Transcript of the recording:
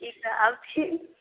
ठीक है आबथिन